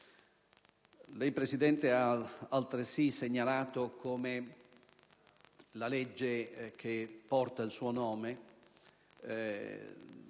Lei, Presidente, ha altresì segnalato come la legge che porta il suo nome